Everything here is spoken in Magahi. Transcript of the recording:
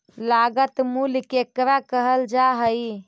लागत मूल्य केकरा कहल जा हइ?